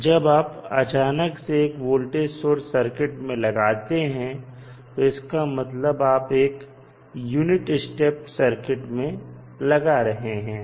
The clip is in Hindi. जब आप अचानक से 1 वोल्टेज सोर्स सर्किट में लगाते हैं तो इसका मतलब आप एक यूनिट स्टेप सर्किट में लगा रहे हैं